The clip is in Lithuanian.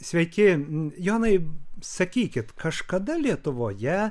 sveiki jonai sakykit kažkada lietuvoje